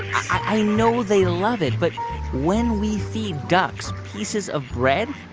i know they love it. but when we feed ducks pieces of bread,